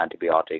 antibiotic